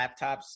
laptops